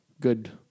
good